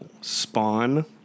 Spawn